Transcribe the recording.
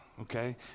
okay